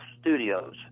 studios